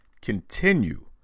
continue